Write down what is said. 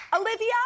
Olivia